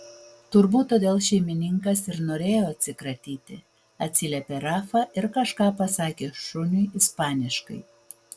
turbūt todėl šeimininkas ir norėjo atsikratyti atsiliepė rafa ir kažką pasakė šuniui ispaniškai